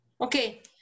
Okay